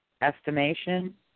estimation